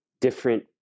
different